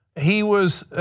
he was